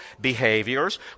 behaviors